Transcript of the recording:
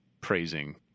praising